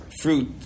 fruit